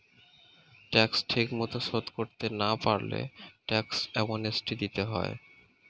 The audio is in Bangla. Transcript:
ট্যাক্স ঠিকমতো শোধ করতে না পারলে ট্যাক্স অ্যামনেস্টি দিতে হয়